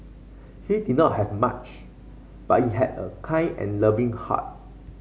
he did not have much but he had a kind and loving heart